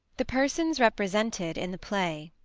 the persons represented in the play.